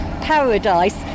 paradise